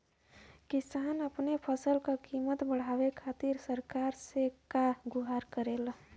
किसान अपने फसल क कीमत बढ़ावे खातिर सरकार से का गुहार करेला?